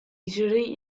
sri